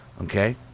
Okay